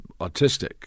autistic